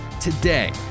Today